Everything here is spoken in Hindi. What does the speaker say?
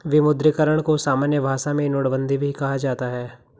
विमुद्रीकरण को सामान्य भाषा में नोटबन्दी भी कहा जाता है